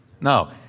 No